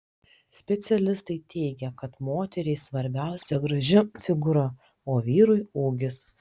specialistai teigia kad moteriai svarbiausia graži figūra o vyrui ūgis